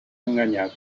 enganyat